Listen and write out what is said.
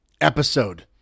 episode